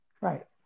Right